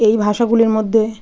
এই ভাষাগুলির মধ্যে